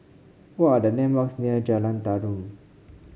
what are the landmarks near Jalan Tarum